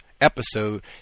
episode